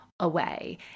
away